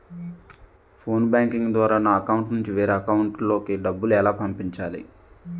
Phone banking ద్వారా నా account నుంచి వేరే అకౌంట్ లోకి డబ్బులు ఎలా పంపించాలి?